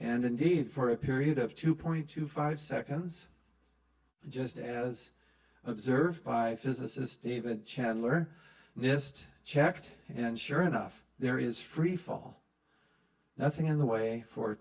and indeed for a period of two point two five seconds just as observed by physicist david chandler just checked and sure enough there is freefall nothing in the way for